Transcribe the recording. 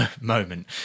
moment